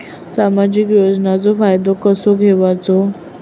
सामाजिक योजनांचो फायदो कसो घेवचो?